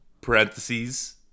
parentheses